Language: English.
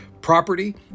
property